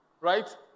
Right